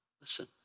Listen